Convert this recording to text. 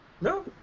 No